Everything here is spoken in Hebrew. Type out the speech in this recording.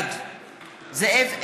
בעד זאב אלקין,